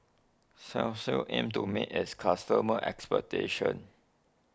Selsun aims to meet its customers'expectations